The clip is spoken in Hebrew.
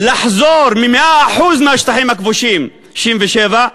לחזור ב-100% מהשטחים הכבושים, 67',